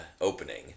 opening